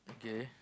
okay